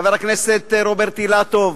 לחבר הכנסת רוברט אילטוב,